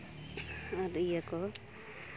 ᱟᱨ ᱤᱭᱟᱹ ᱠᱚ